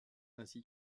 ainsi